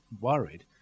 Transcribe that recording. worried